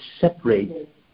separate